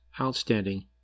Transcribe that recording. outstanding